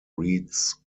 reads